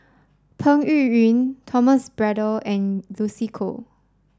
Peng Yuyun Thomas Braddell and Lucy Koh